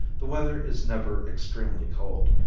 the weather is never extremely cold,